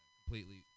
completely